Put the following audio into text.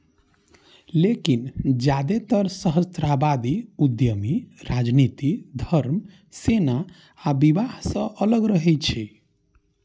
लेकिन जादेतर सहस्राब्दी उद्यमी राजनीति, धर्म, सेना आ विवाह सं अलग रहै छै